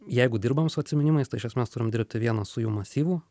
jeigu dirbam su atsiminimais tai iš esmės turim dirbti vienas su jų masyvu